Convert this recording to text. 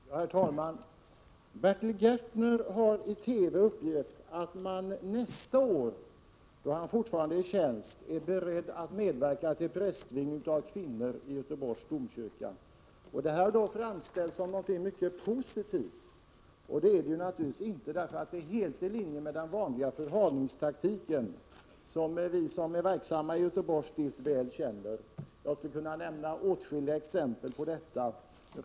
Herr talman! Bertil Gärtner har i TV uppgett att man nästa år, då han fortfarande är i tjänst, kommer att vara beredd att medverka till prästvigning av kvinnor i Göteborgs domkyrka. Detta har framställts som något mycket positivt, men det är det inte. Det är helt i linje med den vanliga förhalningsteknik som vi som är verksamma i Göteborgs stift väl känner till. Jag skulle kunna nämna åtskilliga exempel på den.